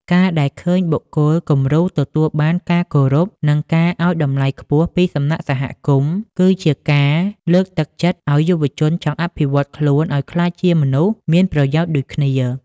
ការដែលឃើញបុគ្គលគំរូទទួលបានការគោរព និងការឱ្យតម្លៃខ្ពស់ពីសំណាក់សហគមន៍ គឺជាការលើកទឹកចិត្តឱ្យយុវជនចង់អភិវឌ្ឍខ្លួនឱ្យក្លាយជាមនុស្សមានប្រយោជន៍ដូចគ្នា។